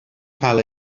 cael